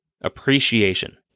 appreciation